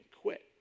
quit